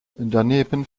daneben